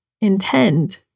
intend